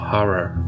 Horror